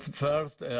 first,